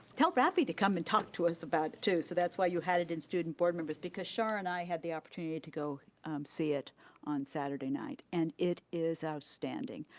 tell bradley to come and talk to us about it, too, so that's why you had it in student board members because char and i had the opportunity to go see it on saturday night and it is outstanding.